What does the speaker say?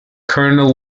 colonel